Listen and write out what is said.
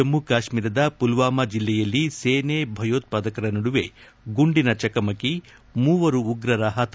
ಜಮ್ಮ ಕಾಶ್ಮೀರದ ಮಲ್ವಾಮ ಜಿಲ್ಲೆಯಲ್ಲಿ ಸೇನೆ ಭಯೋತ್ಪಾದಕರ ನಡುವೆ ಗುಂಡಿನ ಚಕಮಕಿ ಮೂವರು ಉಗ್ರರು ಪತ